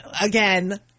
again